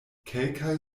kelkaj